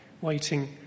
Waiting